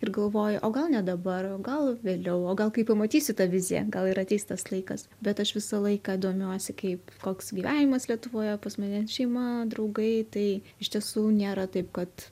ir galvoju o gal ne dabar o gal vėliau o gal kai pamatysiu tą viziją gal ir ateis tas laikas bet aš visą laiką domiuosi kaip koks gyvenimas lietuvoje pas mane šeima draugai tai iš tiesų nėra taip kad